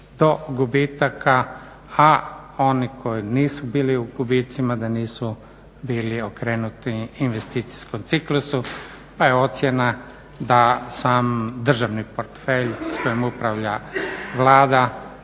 do gubitaka a oni koji nisu bili u gubicima da nisu bili okrenuti investicijskom ciklusu. Pa je ocjena da sam državni portfelj s kojim upravlja Vlada